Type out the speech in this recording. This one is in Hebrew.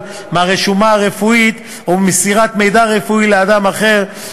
מהרשומה הרפואית או מסירת מידע רפואי לאדם אחר,